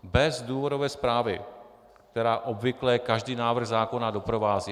Bez důvodové zprávy, která obvykle každý návrh zákona doprovází.